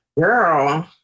Girl